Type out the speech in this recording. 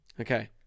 okay